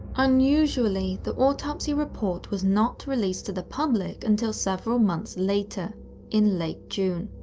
unusually, the autopsy report was not released to the public until several months later in late june.